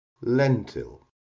lentil